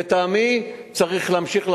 לטעמי, צריך להמשיך.